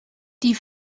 die